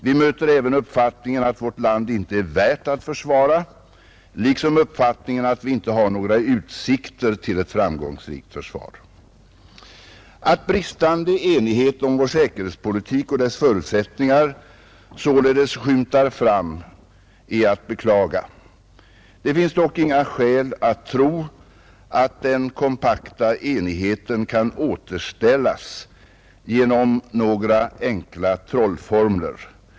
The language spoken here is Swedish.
Vi möter även uppfattningen att vårt land inte är värt att försvara liksom uppfattningen att vi inte har några utsikter till ett framgångsrikt försvar. Att bristande enighet om vår säkerhetspolitik och dess förutsättningar således skymtar fram är att beklaga. Det finns dock inga skäl att tro att den kompakta enigheten kan återställas genom några enkla trollformler.